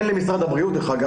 דרך אגב,